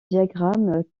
diagramme